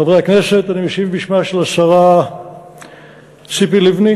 חברי הכנסת, אני משיב בשמה של השרה ציפי לבני